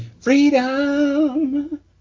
Freedom